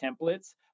templates